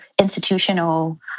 institutional